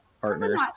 partners